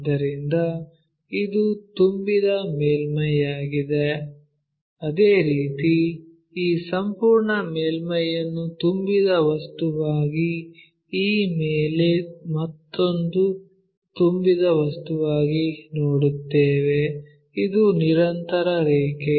ಆದ್ದರಿಂದ ಇದು ತುಂಬಿದ ಮೇಲ್ಮೈಯಾಗಿದೆ ಅದೇ ರೀತಿ ಈ ಸಂಪೂರ್ಣ ಮೇಲ್ಮೈಯನ್ನು ತುಂಬಿದ ವಸ್ತುವಾಗಿ ಈ ಮೇಲೆ ಮತ್ತೊಂದು ತುಂಬಿದ ವಸ್ತುವಾಗಿ ನೋಡುತ್ತೇವೆ ಇದು ನಿರಂತರ ರೇಖೆ